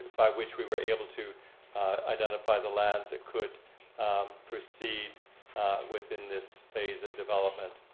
by which we were able to identify the lands that could proceed within this phase of development.